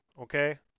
okay